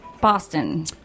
Boston